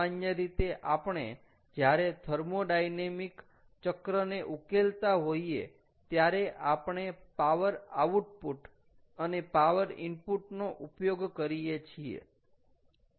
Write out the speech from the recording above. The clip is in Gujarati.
સામાન્ય રીતે આપણે જ્યારે થર્મોડાયનેમિક ચક્રને ઉકેલતા હોઈએ ત્યારે આપણે પાવર આઉટપુટ અને પાવર ઇનપુટ નો ઉપયોગ કરીએ છીએ